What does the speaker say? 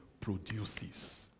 produces